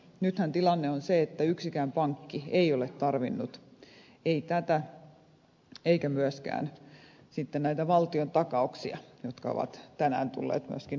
nythän tilanne on se että yksikään pankki ei ole tarvinnut tätä eikä myöskään sitten näitä valtiontakauksia jotka ovat tänään tulleet myöskin uudelleen pöydälle